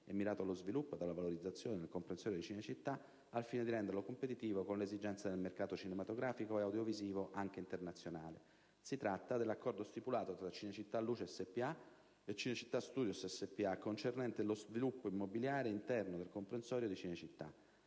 e mirato allo sviluppo ed alla valorizzazione del comprensorio di Cinecittà, al fine di renderlo competitivo con le esigenze del mercato cinematografico e audiovisivo anche internazionale. Si tratta dell'accordo stipulato tra Cinecittà Luce SpA e Cinecittà Studios SpA concernente lo sviluppo immobiliare interno del comprensorio di Cinecittà.